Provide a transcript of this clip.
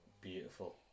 beautiful